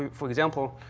um for example,